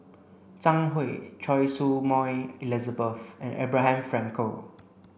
Zhang Hui Choy Su Moi Elizabeth and Abraham Frankel